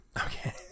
Okay